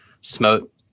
smote